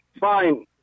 fine